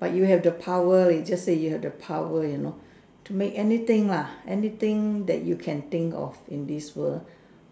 but you have the power leh just say you have the power you know to make anything lah anything that you can think of in this world